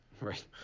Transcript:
Right